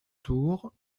tour